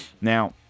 Now